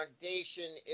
Foundation